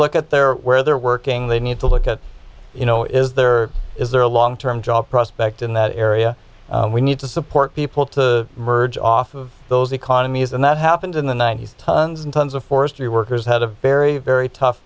look at their where they're working they need to look at you know is there is there a long term job prospect in that area we need to support people to merge off of those economies and that happened in the ninety's tons and tons of forestry workers had a very very tough